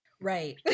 right